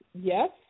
Yes